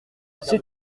c’est